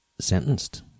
sentenced